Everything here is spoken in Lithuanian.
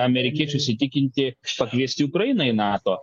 amerikiečius įtikinti pakviesti ukrainą į nato